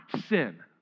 sin